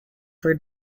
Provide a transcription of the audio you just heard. for